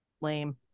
lame